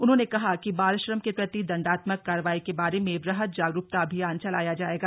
उन्होंने कहा कि बाल श्रम के प्रति दण्डात्मक कार्यवाही के बारे में वृहद जागरूकता अभियान चलाया जाएगा